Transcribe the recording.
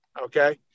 okay